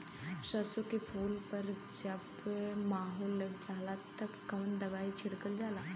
सरसो के फूल पर जब माहो लग जाला तब कवन दवाई छिड़कल जाला?